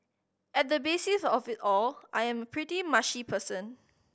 at the basis of it all I am pretty mushy person